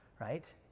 right